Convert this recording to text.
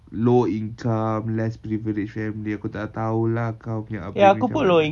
low income less privilege family aku tak tahu lah kau punya upbringing macam mana